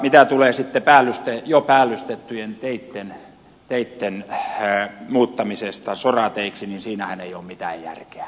mitä tulee sitten jo päällystettyjen teitten muuttamiseen sorateiksi niin siinähän ei ole mitään järkeä